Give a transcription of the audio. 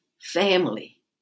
family